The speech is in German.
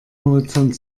horizont